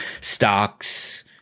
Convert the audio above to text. stocks